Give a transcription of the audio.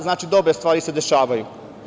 Znači, dobre stvari se dešavaju.